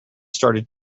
started